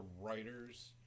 writers